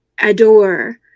adore